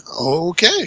Okay